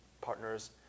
partners